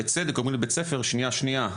בצדק אומרים לבית הספר: שנייה שנייה,